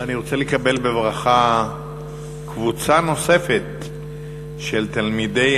אני רוצה לקבל בברכה קבוצה נוספת של תלמידי